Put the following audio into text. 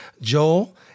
Joel